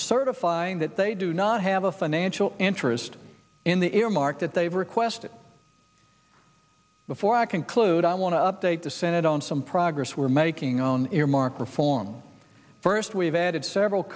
certifying that they do not have a financial interest in the earmark that they've requested before i can clue i want to update the senate on some progress we're making on earmark reform first we've added several